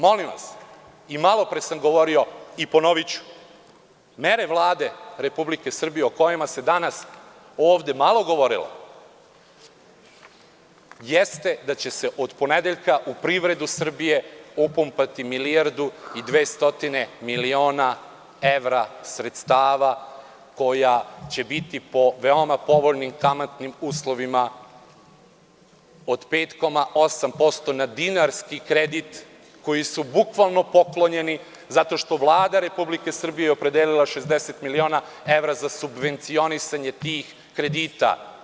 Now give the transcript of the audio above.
Malopre sam govorio i ponoviću – mere Vlade Republike Srbije o kojima se danas ovde malo govorilo jeste da će se od ponedeljka u privredu Srbije upumpati milijardu i 200 miliona evra sredstava koja će biti po veoma povoljnim kamatnim uslovima od 5,8% na dinarski kredit, koji su bukvalno poklonjeni zato što je Vlada Republike Srbije opredelila 60 miliona evra za subvencionisanje tih kredita.